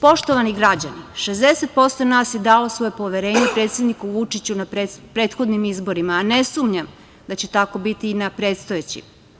Poštovani građani, 60% nas je dalo svoje poverenje predsedniku Vučiću na prethodnim izborima, a ne sumnjam da će tako biti i na predstojećim.